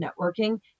networking